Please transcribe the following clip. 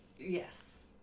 Yes